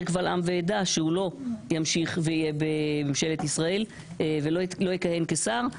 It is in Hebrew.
קבל עם ועדה שהוא ימשיך ויהיה בממשלת ישראל ולא יכהן כשר.